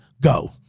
go